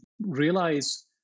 realize